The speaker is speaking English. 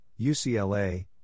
UCLA